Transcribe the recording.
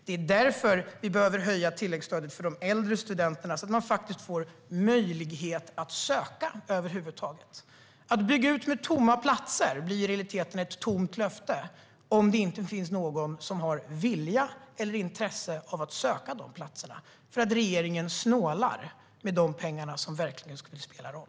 Det är därför vi behöver höja tilläggsstödet för de äldre studenterna, så att man får möjlighet att över huvud taget söka. Att bygga ut med tomma platser blir i realiteten ett tomt löfte om det inte finns någon som har vilja eller intresse av att söka platserna på grund av att regeringen snålar med de pengar som verkligen skulle spela roll.